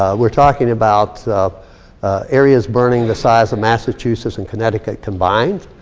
we're talking about areas burning the size of massachusetts and connecticut combined.